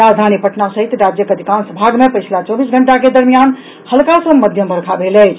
राजधानी पटना सहित राज्यक अधिकांश भाग मे पछिला चौबीस घंटा के दरमियान हल्का सॅ मध्यम वर्षा भेल अछि